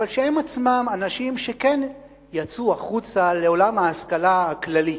שהם עצמם כן יצאו החוצה לעולם ההשכלה הכללי,